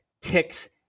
ticks